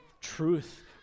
truth